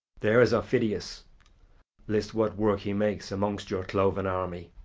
there is aufidius list what work he makes amongst your cloven army.